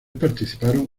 participaron